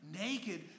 Naked